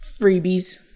freebies